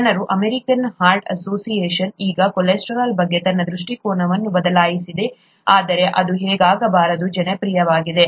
ಜನರು American Heart Association ಈಗ cholesterol ಬಗ್ಗೆ ತನ್ನ ದೃಷ್ಟಿಕೋನವನ್ನು ಬದಲಾಯಿಸಿದೆ ಆದರೆ ಅದು ಹೇಗಾದರೂ ಜನಪ್ರಿಯವಾಗಿದೆ